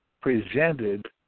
presented